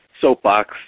soapbox